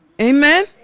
Amen